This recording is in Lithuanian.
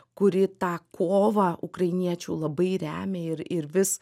kuri tą kovą ukrainiečių labai remia ir ir vis